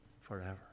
forever